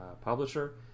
publisher